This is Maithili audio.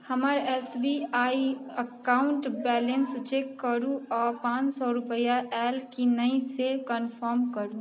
हमर S B E account balance check करू आओर पाँच सए रूपैआ आयल कि नहि से कनफर्म करू